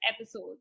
episode